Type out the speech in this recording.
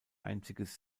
einziges